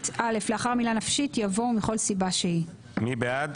מי בעד